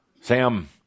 Sam